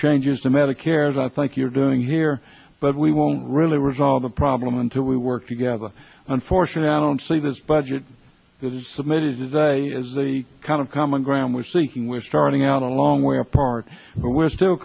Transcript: changes to medicare and i think you're doing here but we won't really resolve the problem until we work together unfortunately i don't see this budget submitted today as the kind of common ground we're seeking we're starting out a long way apart but we're still